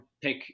pick